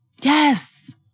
Yes